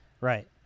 Right